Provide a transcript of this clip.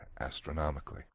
astronomically